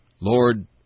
Lord